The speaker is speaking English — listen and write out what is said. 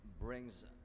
brings